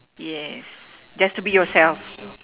yes just to be yourself